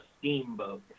steamboat